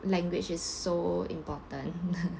language is so important